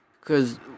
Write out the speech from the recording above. cause